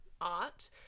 art